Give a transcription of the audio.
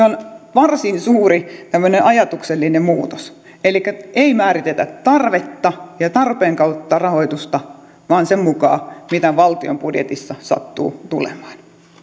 varsin suuri tämmöinen ajatuksellinen muutos elikkä ei määritetä tarvetta ja tarpeen kautta rahoitusta vaan sen mukaan mitä budjetissa sattuu tulemaan